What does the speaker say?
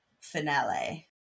finale